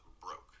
broke